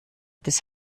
des